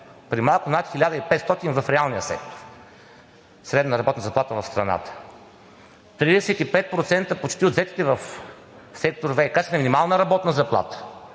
при малко над 1500 лв. в реалния сектор средна работна заплата в страната. Почти 35% от заетите в сектор ВиК са с минимална работна заплата.